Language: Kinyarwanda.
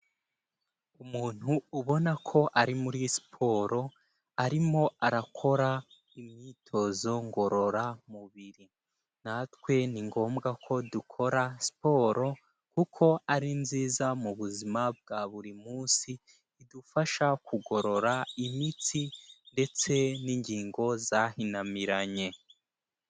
Umuntu ubona ko ari muri siporo, arimo arakora imyitozo ngororamubiri. Natwe ni ngombwa ko dukora siporo kuko ari nziza mu buzima bwa buri munsi, idufasha kugorora imitsi ndetse n'ingingo zahinamiranye.